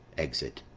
exit.